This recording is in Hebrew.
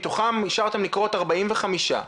מתוכם אישרתם לכרות 45,